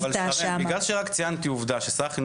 קודם כל, גם אני מצטרף לברכות,